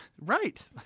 Right